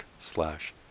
slash